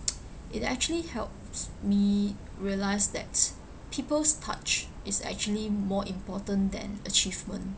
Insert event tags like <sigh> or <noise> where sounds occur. <noise> it actually helps me realise that people's touch is actually more important than achievement